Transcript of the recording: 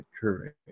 courage